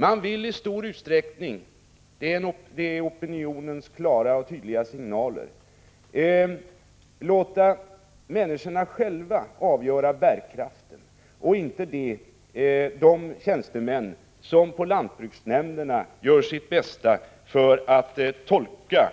Man vill i stor utsträckning — det är opinionens klara och tydliga signaler — låta bärkraften avgöras av människorna själva, inte av de tjänstemän som på lantbruksnämnderna gör sitt bästa för att tolka